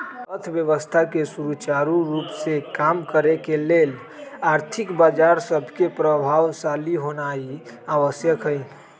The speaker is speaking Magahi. अर्थव्यवस्था के सुचारू रूप से काम करे के लेल आर्थिक बजार सभके प्रभावशाली होनाइ आवश्यक हइ